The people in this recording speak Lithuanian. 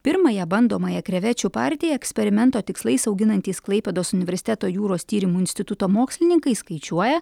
pirmąją bandomąją krevečių partiją eksperimento tikslais auginantys klaipėdos universiteto jūros tyrimų instituto mokslininkai skaičiuoja